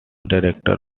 director